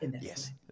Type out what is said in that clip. Yes